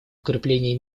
укрепление